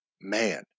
Man